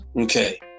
Okay